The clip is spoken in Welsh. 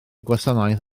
gwasanaeth